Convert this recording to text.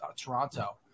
Toronto